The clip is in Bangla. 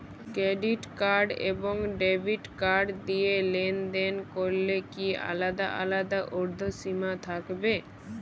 ক্রেডিট কার্ড এবং ডেবিট কার্ড দিয়ে লেনদেন করলে কি আলাদা আলাদা ঊর্ধ্বসীমা থাকবে?